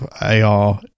AR